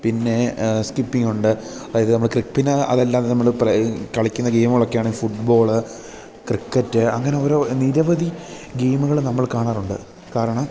പിന്നെ സ്കിപ്പിങ്ങുണ്ട് അതായത് നമ്മൾ പിന്നെ അതല്ലാതെ നമ്മൾ കളിക്കുന്ന ഗെയിമുകളൊക്കെയാണെങ്കിൽ ഫുട്ബോള് ക്രിക്കറ്റ് അങ്ങനെ ഓരോ നിരവധി ഗെയിമുകൾ നമ്മൾ കാണാറുണ്ട് കാരണം